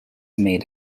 made